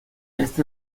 este